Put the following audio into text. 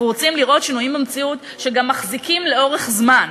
אנחנו רוצים לראות שינויים במציאות שגם מחזיקים לאורך זמן.